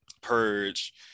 purge